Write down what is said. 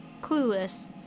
clueless